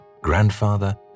grandfather